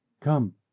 come